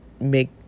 make